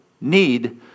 need